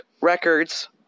records